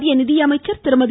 மத்திய நிதியமைச்சர் திருமதி